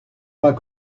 pas